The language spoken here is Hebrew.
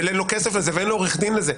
ואין לו כסף לזה ואין לו עורך דין לזה.